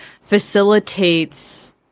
facilitates